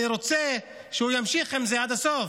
אני רוצה שהוא ימשיך עם זה עד הסוף